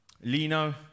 Lino